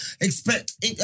expect